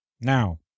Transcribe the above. Now